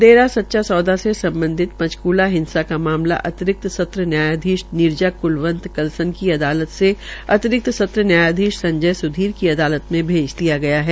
डेरा सच्चा सौदा से सम्बधित पंचकूला हिंसा का मामला अतिरिक्त सत्र न्यायाधीश नीरज क्लवंत कलसन की अदालत से अतिरिक्त सत्र न्यायाधीश संजय स्धीर की अदालत में भेज दिया गया है